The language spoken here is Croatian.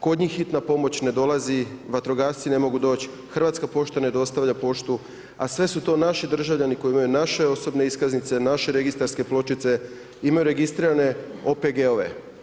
Kod njih hitna pomoć ne dolazi, vatrogasci ne mogu doći, Hrvatska pošta ne dostavlja poštu, a sve su to naši državljani, koji imaju naše osobne iskaznice, naše registarske pločice, imaju registrirane OPG-ove.